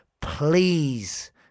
Please